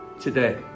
today